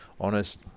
honest